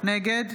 נגד